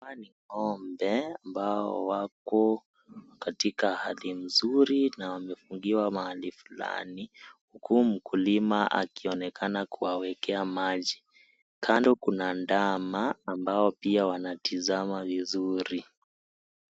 Hawa ni ng'ombe ambao wako katika hali mzuri na wamefungiwa mahali fulani huku mkulima akionekana kuwawekea maji. Kando kuna dama ambao pia wanatizama vizuri.